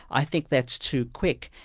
i think that's too quick,